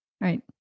Right